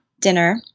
dinner